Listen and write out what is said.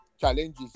challenges